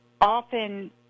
often